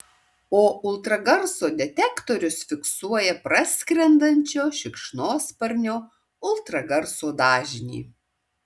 o ultragarso detektorius fiksuoja praskrendančio šikšnosparnio ultragarso dažnį